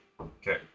Okay